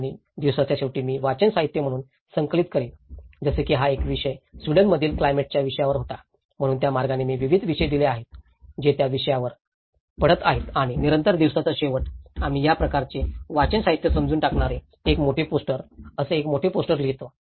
आणि दिवसाच्या शेवटी मी वाचन साहित्य म्हणून संकलित करीन जसे की हा एक विषय स्वीडनमधील क्लायमेटाच्या विषयावर होता म्हणून त्या मार्गाने मी विविध विषय दिले आहेत जे त्या विषयावर पडत आहेत आणि नंतर दिवसाचा शेवट आम्ही या प्रकारचे वाचन साहित्य समजून टाकणारे एक मोठे पोस्टर असे एक मोठे पोस्टर लिहितो